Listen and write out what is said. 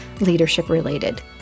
leadership-related